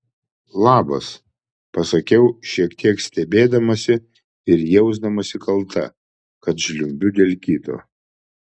labas pasakiau šiek tiek stebėdamasi ir jausdamasi kalta kad žliumbiu dėl kito